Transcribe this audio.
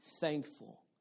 thankful